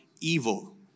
evil